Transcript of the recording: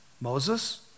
Moses